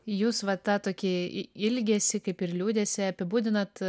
jūs va tą tokį į ilgesį kaip ir liūdesį apibūdinat